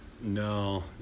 No